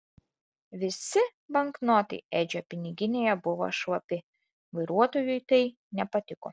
visi banknotai edžio piniginėje buvo šlapi vairuotojui tai nepatiko